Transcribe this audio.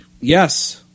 Yes